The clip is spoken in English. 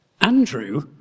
Andrew